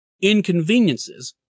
inconveniences